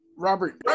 Robert